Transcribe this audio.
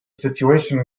situation